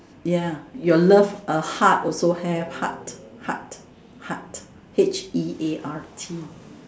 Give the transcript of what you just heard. ya your love a heart also have heart heart heart H E a R T